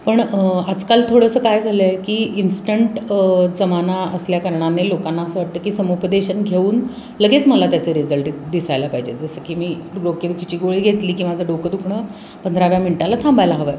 पण आजकाल थोडंसं काय झालं आहे की इन्स्टंट जमाना असल्या कारणाने लोकांना असं वाटतं की समुपदेशन घेऊन लगेच मला त्याचे रिझल्ट दिसायला पाहिजे जसं की मी डोकेदुखीची गोळी घेतली की माझं डोकं दुखणं पंधराव्या मिनटाला थांबायला हवं आहे